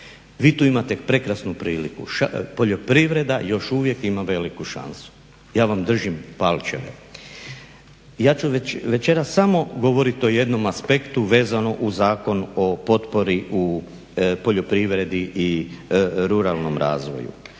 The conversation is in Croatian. Vi tu imate prekrasnu priliku, poljoprivreda još uvijek ima veliku šansu, ja vam držim palčeve. Ja ću večeras samo govoriti o jednom aspektu vezano uz Zakon o potpori u poljoprivredi i ruralnom razvoju.